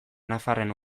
nafarren